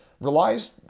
relies